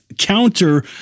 counter